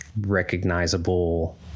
recognizable